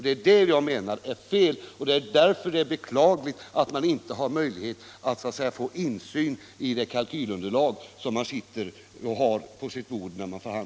Detta anser jag vara LL fel, och därför är det beklagligt att man inte har möjlighet att få insyn Om säkerhetskon